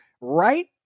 right